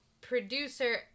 producer